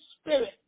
Spirit